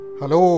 Hello